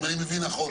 אם אני מבין נכון.